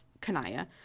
Kanaya